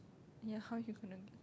ya how're you gonna